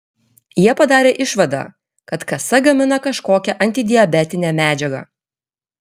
jie padarė išvadą kad kasa gamina kažkokią antidiabetinę medžiagą